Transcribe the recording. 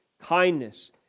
kindness